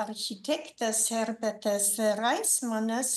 architektas herbetas raismanas